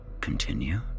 continue